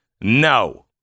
No